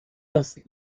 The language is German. das